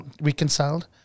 reconciled